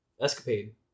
escapade